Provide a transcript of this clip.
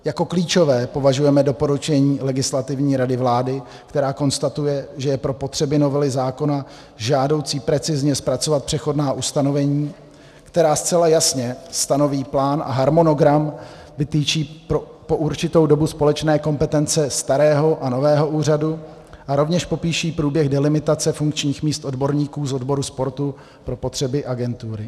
Za klíčové považujeme doporučení Legislativní rady vlády, která konstatuje, že pro potřeby novely zákona je žádoucí precizně zpracovat přechodná ustanovení, která zcela jasně stanoví plán a harmonogram, vytyčí po určitou dobu společné kompetence starého a nového úřadu a rovněž popíší průběh delimitace funkčních míst odborníků z odboru sportu pro potřeby agentury.